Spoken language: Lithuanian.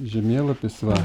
žemėlapis va